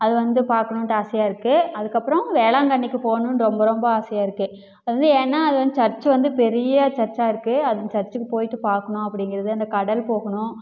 அது வந்து பார்க்கணுன்ட்டு ஆசையாக இருக்குது அதுக்கப்புறம் வேளாங்கண்ணிக்கு போகணுன்னு ரொம்ப ரொம்ப ஆசையாக இருக்குது வந்து ஏன்னா அது வந்து சர்ச் வந்து பெரிய சர்ச்சாக இருக்கும் அந்த சர்ச்சுக்கு போயிட்டு பார்க்கணும் அப்படிங்கிறது அந்த கடல் போகணும்